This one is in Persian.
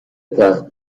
تخت